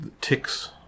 ticks